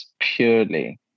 purely